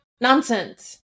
nonsense